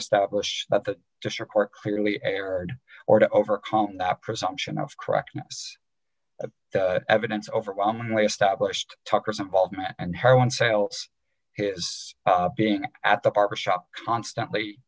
establish that that just report clearly errored or to overcome that presumption of correctness the evidence overwhelmingly established tucker's involvement and her own sales his being at the barbershop constantly